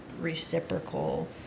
reciprocal